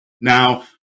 Now